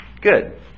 Good